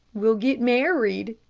we'll get married,